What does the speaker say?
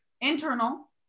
Internal